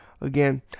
again